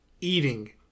eating